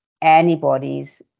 antibodies